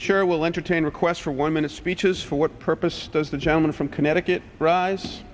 chair will entertain requests for one minute speeches for what purpose does the gentleman from connecticut rise